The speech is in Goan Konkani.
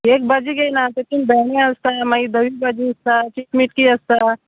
एक भाजी घेयना तेतून भेंडे आसता मागीर धवी भाजी आसता चिटकी मिटकी आसता